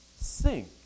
sink